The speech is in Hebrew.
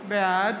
בעד